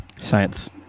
science